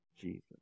Jesus